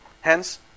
Hence